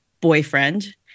boyfriend